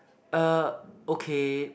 uh okay